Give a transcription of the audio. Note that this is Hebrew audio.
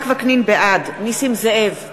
בעד נסים זאב,